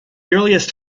earliest